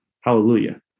Hallelujah